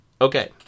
okay